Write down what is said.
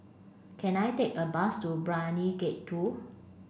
can I take a bus to Brani Gate two